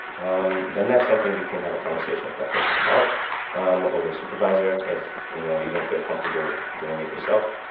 um then that's something you can have a conversation with that person about um or their supervisor if you know you don't feel comfortable doing it yourself.